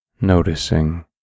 noticing